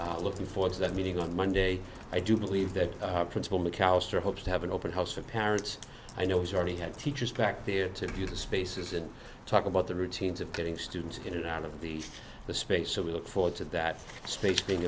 be looking for that meeting on monday i do believe that principal mcallister hopes to have an open house for parents i know has already had teachers back there to do the spaces and talk about the routines of getting students in and out of the the space so we look forward to that space being